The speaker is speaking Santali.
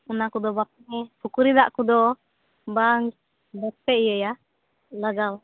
ᱚᱱᱟ ᱠᱚᱫᱚ ᱵᱟᱯᱮ ᱯᱩᱠᱷᱤᱨᱤ ᱫᱟᱜ ᱠᱚᱫᱚ ᱵᱟᱝ ᱵᱟᱯᱮ ᱤᱭᱟᱹᱭᱟ ᱞᱟᱜᱟᱣᱟ